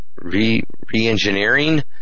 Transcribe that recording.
re-engineering